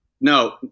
No